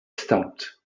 stopped